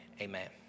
Amen